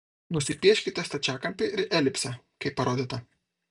nusipieškite stačiakampį ir elipsę kaip parodyta